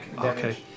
okay